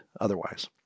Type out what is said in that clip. Otherwise